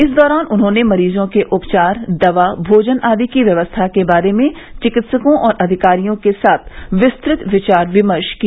इस दौरान उन्होंने मरीजों के उपचार दवा भोजन आदि की व्यवस्था के बारे में चिकित्सकों और अधिकारियों के साथ विस्तृत विचार विमर्श किया